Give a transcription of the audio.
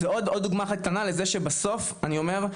זה עוד דוגמא אחת קטנה לזה שבסוף אני אומר,